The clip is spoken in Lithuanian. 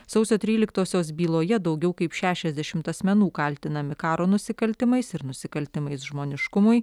sausio tryliktosios byloje daugiau kaip šešiasdešimt asmenų kaltinami karo nusikaltimais ir nusikaltimais žmoniškumui